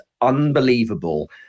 unbelievable